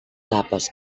tapes